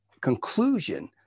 conclusion